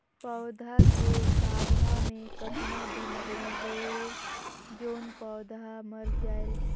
पौधा के गाभा मै कतना बिमारी होयल जोन पौधा मर जायेल?